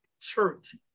church